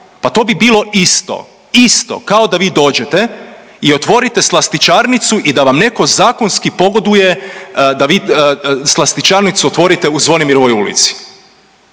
Pa to bi bilo isto, isto kao da vi dođete i otvorite slastičarnicu i da vam netko zakonski pogoduje da vi slastičarnicu otvorite u Zvonimirovoj ulici.